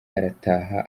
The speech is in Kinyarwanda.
arataha